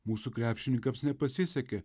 mūsų krepšininkams nepasisekė